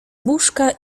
łóżka